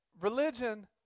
Religion